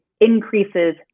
increases